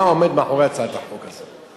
מה עומד מאחורי הצעת החוק הזאת?